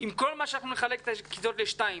ועם זה גם אם נחלק את הכיתות לשתיים